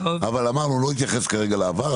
אבל אמרנו, לא נתייחס כרגע לעבר.